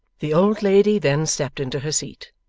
the old lady then stepped into her seat,